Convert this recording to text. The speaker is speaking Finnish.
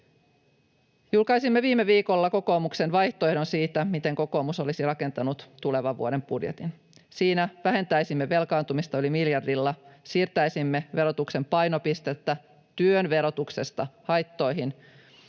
Julkaisimme viime viikolla kokoomuksen vaihtoehdon siitä, miten kokoomus olisi rakentanut tulevan vuoden budjetin. Siinä vähentäisimme velkaantumista yli miljardilla, siirtäisimme verotuksen painopistettä työn verotuksesta haittoihin